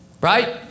Right